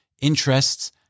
interests